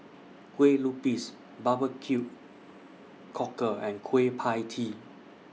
Kueh Lupis Barbecue Cockle and Kueh PIE Tee